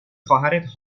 خواهرت